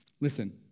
Listen